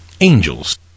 angels